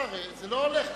אי-אפשר, זה לא הולך ככה.